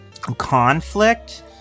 conflict